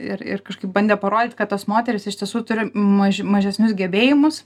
ir ir kažkaip bandė parodyti kad tos moterys iš tiesų turi maži mažesnius gebėjimus